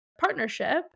partnership